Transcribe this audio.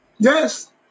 Yes